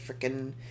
freaking